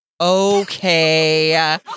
Okay